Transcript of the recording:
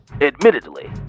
admittedly